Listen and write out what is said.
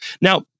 Now